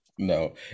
No